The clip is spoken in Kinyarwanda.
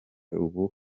ubu